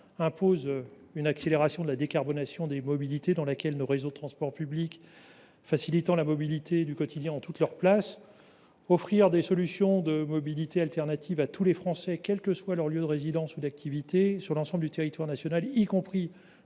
imposent l’accélération de la décarbonation des mobilités, dans laquelle les réseaux de transport public, facilitant la mobilité du quotidien, ont toute leur place. Offrir d’autres solutions de mobilité à tous les Français, quel que soit leur lieu de résidence et d’activité, sur l’ensemble du territoire national, y compris